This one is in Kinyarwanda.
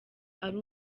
ari